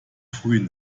frühen